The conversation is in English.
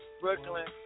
Brooklyn